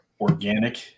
organic